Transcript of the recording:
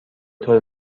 طور